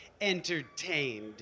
entertained